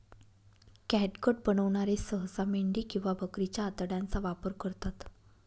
catgut बनवणारे सहसा मेंढी किंवा बकरीच्या आतड्यांचा वापर करतात